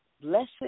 Blessed